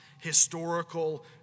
historical